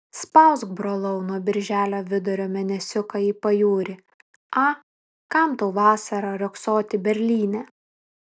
spausk brolau nuo birželio vidurio mėnesiuką į pajūrį a kam tau vasarą riogsoti berlyne